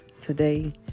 today